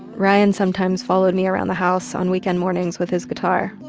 ryan sometimes followed me around the house on weekend mornings with his guitar.